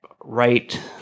right